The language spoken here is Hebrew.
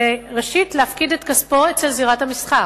זה ראשית להפקיד את כספו בזירת המסחר,